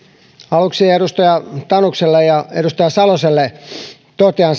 aluksi edustaja tanukselle ja edustaja saloselle totean